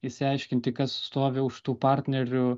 išsiaiškinti kas stovi už tų partnerių